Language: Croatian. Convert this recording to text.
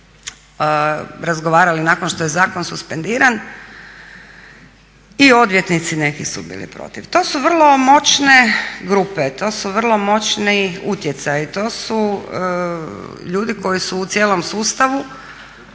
razgovarali nakon što je zakon suspendiran i odvjetnici neki su bili protiv. To su vrlo moćne grupe, to su vrlo moćni utjecaji, to su ljudi koji su u cijelom sustavu